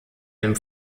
dem